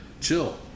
chill